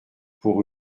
pour